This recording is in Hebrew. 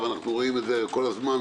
ואנחנו כל הזמן רואים את זה,